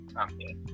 Okay